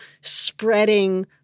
spreading